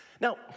Now